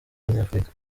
banyafurika